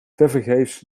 tevergeefs